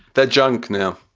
that junk now.